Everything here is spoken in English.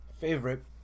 favorite